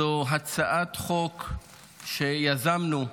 זו הצעת חוק שיזמנו,